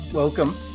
Welcome